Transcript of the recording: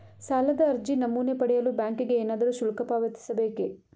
ಸಾಲದ ಅರ್ಜಿ ನಮೂನೆ ಪಡೆಯಲು ಬ್ಯಾಂಕಿಗೆ ಏನಾದರೂ ಶುಲ್ಕ ಪಾವತಿಸಬೇಕೇ?